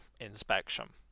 inspection